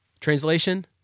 Translation